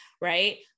Right